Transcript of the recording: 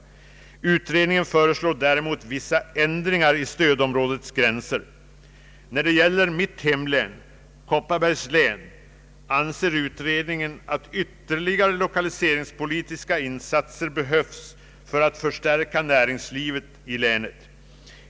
Utredningen föreslår däremot vissa ändringar i stödområdets gränser. När det gäller mitt hemlän, Kopparbergs län, anser utredningen att ytterligare lokaliseringspolititiska insatser behövs för att förstärka näringslivet i länet.